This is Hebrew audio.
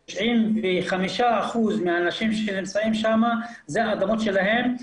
ו-5% מהאנשים שנמצאים שם, אלה האדמות שלהם.